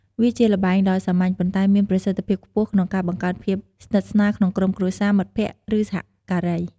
វាជាល្បែងដ៏សាមញ្ញ ប៉ុន្តែមានប្រសិទ្ធភាពខ្ពស់ក្នុងការបង្កើនភាពស្និទ្ធស្នាល ក្នុងក្រុមគ្រួសារ មិត្តភក្តិ ឬសហការី។